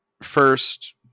first